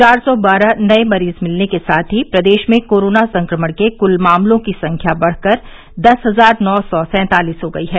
चार सौ बारह नए मरीज मिलने के साथ ही प्रदेश में कोरोना संक्रमण के कुल मामलों की संख्या बढ़कर दस हजार नौ सौ सैंतालीस हो गई है